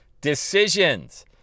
decisions